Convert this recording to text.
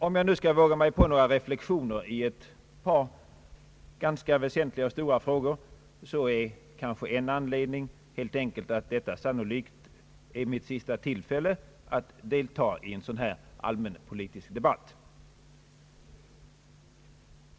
Om jag nu skall våga mig på några reflexioner i ett par ganska stora och väsentliga frågor beror det bl.a. på att detta sannolikt är mitt sista tillfälle att deltaga i en sådan här allmänpolitisk debatt.